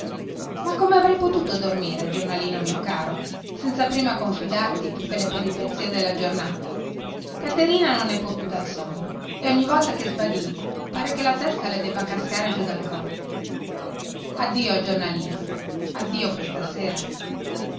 ma come avrei potuto dormire giornalino mio caro senza prima confidarti tutte le peripezie della giornata caterina non ne può più dal sonno e ogni volta che sbadiglia pare che la testa le debba cascare giù dal collo addio giornalino addio per stasera